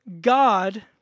God